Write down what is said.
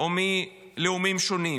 או מלאומים שונים.